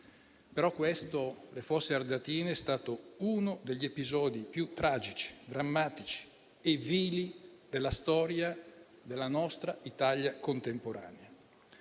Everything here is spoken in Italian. solo. Quello delle Fosse Ardeatine è stato, però, uno degli episodi più tragici, drammatici e vili della storia della nostra Italia contemporanea.